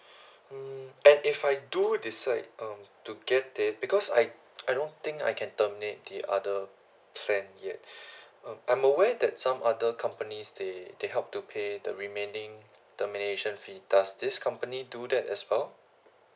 and if I do this like um to get it because like I don't think I can terminate the other plan yet um I'm aware that some other company they they help to pay the remaining termination fee does this company do that as well